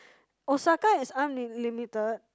Osaka is unlimited